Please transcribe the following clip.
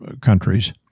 countries